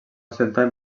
ostentar